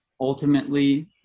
ultimately